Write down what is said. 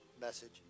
message